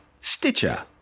Stitcher